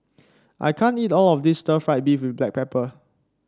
I can't eat all of this Stir Fried Beef with Black Pepper